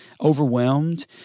overwhelmed